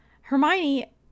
Hermione